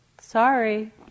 sorry